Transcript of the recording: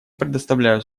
предоставляю